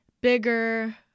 bigger